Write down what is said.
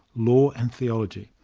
law and theology.